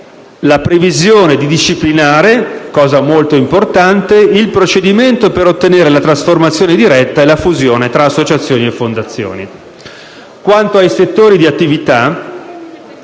la previsione di disciplinare il procedimento per ottenere la trasformazione diretta e la fusione tra associazioni e fondazioni. Quanto ai settori di attività,